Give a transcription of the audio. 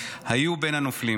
היו בין הנופלים.